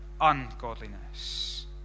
ungodliness